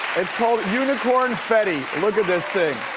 it's called unicorn fetti. look at this thing.